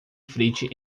frite